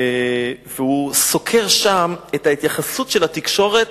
והוא סוקר שם את ההתייחסות של התקשורת